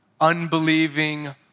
unbelieving